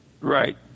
Right